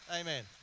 Amen